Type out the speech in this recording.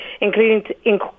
including